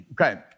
Okay